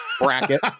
bracket